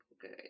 good